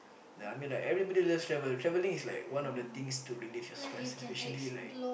ya I mean like everybody loves travel travelling is like one of the things to relieve your stress especially like